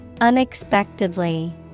Unexpectedly